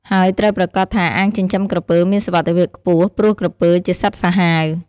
ហើយត្រូវប្រាកដថាអាងចិញ្ចឹមក្រពើមានសុវត្ថិភាពខ្ពស់ ព្រោះក្រពើជាសត្វសាហាវ។